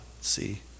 see